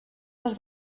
les